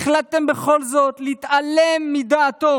החלטתם בכל זאת להתעלם מדעתו